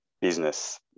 business